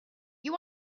you